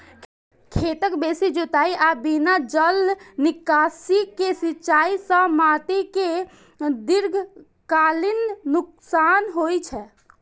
खेतक बेसी जुताइ आ बिना जल निकासी के सिंचाइ सं माटि कें दीर्घकालीन नुकसान होइ छै